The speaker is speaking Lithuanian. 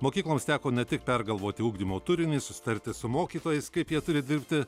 mokykloms teko ne tik pergalvoti ugdymo turinį susitarti su mokytojais kaip jie turi dirbti